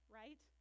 right